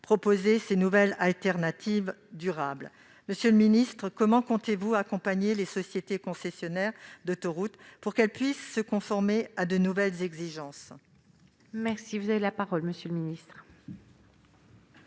proposer ces nouvelles alternatives durables. Monsieur le ministre, comment comptez-vous accompagner les sociétés concessionnaires d'autoroutes pour qu'elles puissent se conformer à ces exigences ? La parole est à M. le ministre